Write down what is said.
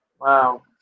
Wow